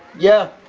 yep.